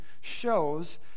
shows